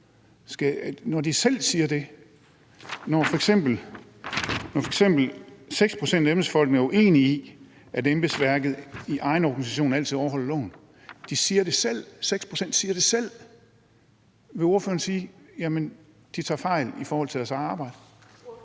Når de selv siger det, og når f.eks. 6 pct. af embedsfolkene er uenige i, at embedsværket i deres egen organisation altid overholder loven – de siger det selv; 6 pct. siger det selv – vil ordføreren så sige, at de tager fejl i forhold til deres eget arbejde?